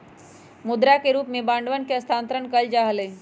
मुद्रा के रूप में बांडवन के स्थानांतरण कइल जा हलय